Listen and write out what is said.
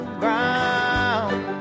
ground